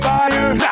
Fire